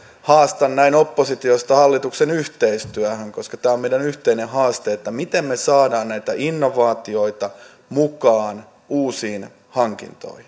haastan näin oppositiosta hallituksen yhteistyöhön koska tämä on meidän yhteinen haasteemme miten me saamme näitä innovaatioita mukaan uusiin hankintoihin